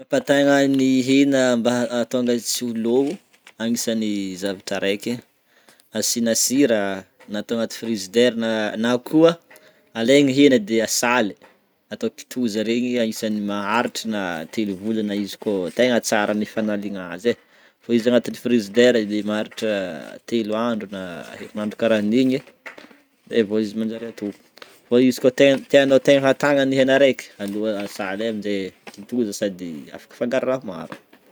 Ampatagna ny hena mba ahatonga azy tsy ho lo-gno agnisany zavatra raiky, asina sira na ato agnaty frigidaire na- na koa, alaigny ny hena de asaly atao kitoza regny anisany na telo volana izy ko tegna tsara ny fagnalina azy e, fa izy agnatin'ny frigidaire edy maharitra telo andro na herinandro karahan'igny zey vao izy manjaro atono, fa izy ko tiano atana ny hena reka aleo asaly e amizey kitoza sady afaka afagnaro raha maro.